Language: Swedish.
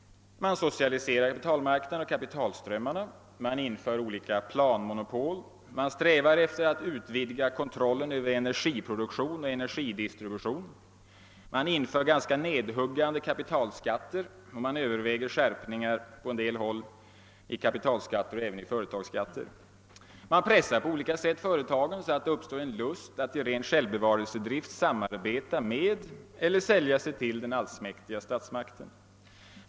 Man socialiserar kapitalmarknaden och kapitalströmmarna, man inför olika planmonopol, man strävar efter att utvidga kontrollen över energiproduktion och energidistribution, man inför ganska nedhuggande kapitalskatter och man överväger skärpningar på en del håll i fråga om såväl dessa som företagsskatter. Man pressar på olika sätt företagen så att det uppstår en lust hos dem att av ren självbevarelsedrift samarbeta med eller sälja sig till den allsmäktiga statsmakten.